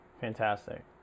Fantastic